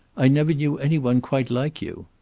i never knew any one quite like you.